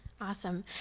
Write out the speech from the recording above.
Awesome